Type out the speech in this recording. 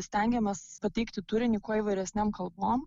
stengiamės pateikti turinį kuo įvairesnėm kalbom